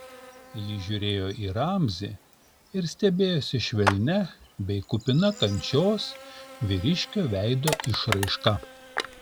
ji žiūrėjo į ramzį ir stebėjosi švelnia bei kupina kančios vyriškio veido išraiška